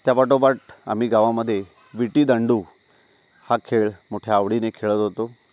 त्या पाठोपाठ आम्ही गावामध्ये विटी दांडू हा खेळ मोठ्या आवडीने खेळत होतो